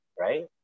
right